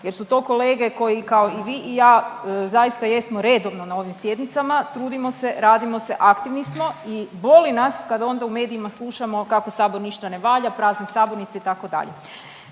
jer su to kolege koji kao i vi i ja zaista jesmo redovno na ovim sjednicama, trudimo se, radimo se, aktivni smo i boli nas kada onda u medijima slušamo kako sabor ništa ne valja, prazne sabornice itd..